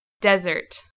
desert